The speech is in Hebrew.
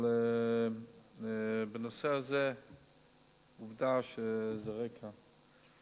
אבל בנושא הזה עובדה שריק כאן.